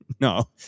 no